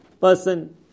person